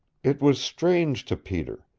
it was strange to peter.